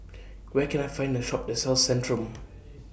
Where Can I Find The Shop that sells Centrum